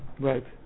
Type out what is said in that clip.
Right